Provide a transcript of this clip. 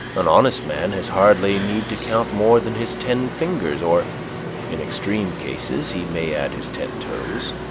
an honest man has hardly need to count more than his ten fingers, or in extreme cases he may add his ten toes,